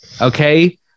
Okay